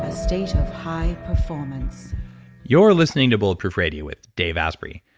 a state of high performance you're listening to bulletproof radio with dave asprey.